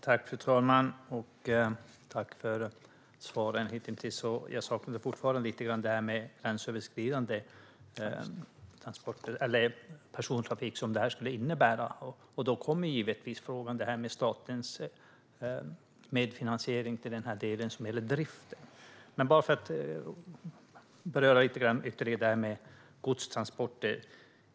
Fru talman! Jag tackar för svaren hitintills, infrastrukturministern! Jag saknar dock fortfarande svar om den gränsöverskridande persontrafik som det här ju skulle innebära. Då kommer givetvis frågan upp om statens medfinansiering av delen som gäller driften. Jag vill beröra det här med godstransporter ytterligare lite grann.